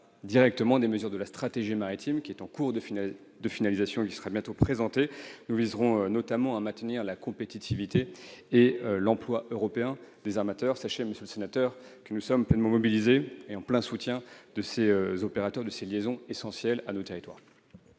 directement des mesures de la stratégie maritime, en cours de finalisation et qui sera bientôt présentée. Nous viserons notamment à maintenir la compétitivité et l'emploi européen des armateurs. Sachez, monsieur le sénateur, que nous sommes pleinement mobilisés pour soutenir les opérateurs de ces liaisons essentielles à nos territoires.